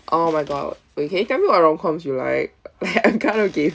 oh my god okay can you tell me what are the rom coms you like I'm kind of gay